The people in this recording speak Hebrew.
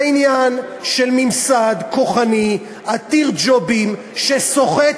זה עניין של ממסד כוחני עתיר ג'ובים שסוחט